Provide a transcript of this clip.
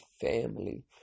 family